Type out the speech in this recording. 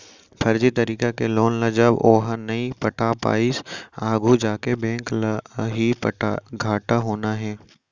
फरजी तरीका के लोन ल जब ओहा नइ पटा पाइस आघू जाके बेंक ल ही घाटा होना हे